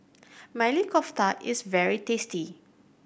Maili Kofta is very tasty